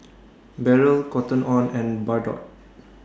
Barrel Cotton on and Bardot